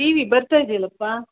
TV ಬರ್ತಾ ಇದೆಯಲ್ಲಪ್ಪಾ